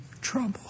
Trouble